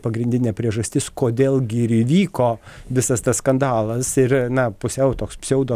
pagrindinė priežastis kodėl gi ir įvyko visas tas skandalas ir na pusiau toks pseudo